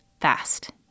fast